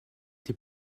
des